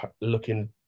looking